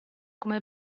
come